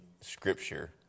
scripture